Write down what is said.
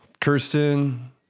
kirsten